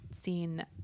seen